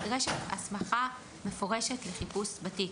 נדרשת הסמכה מפורשת לחיפוש בתיק.